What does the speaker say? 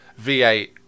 V8